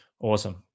Awesome